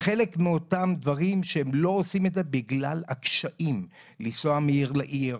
חלק מאותם דברים שהן לא עושות אותם זה רק בגלל הקשיים לנסוע מעיר לעיר,